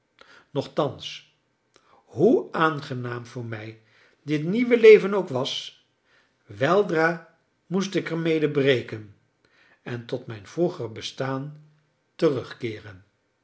nochtans hoe aangenaam voor mij dit nieuwe leven ook was weldra moest ik er mede breken en tot mijn vroeger bestaan terugkeeren